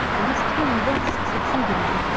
and this tin rusts exceedingly,